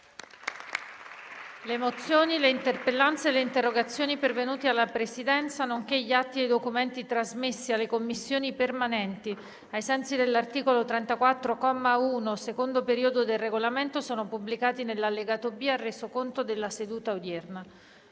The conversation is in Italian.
Le mozioni, le interpellanze e le interrogazioni pervenute alla Presidenza, nonché gli atti e i documenti trasmessi alle Commissioni permanenti ai sensi dell'articolo 34, comma 1, secondo periodo, del Regolamento sono pubblicati nell'allegato B al Resoconto della seduta odierna.